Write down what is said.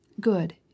Good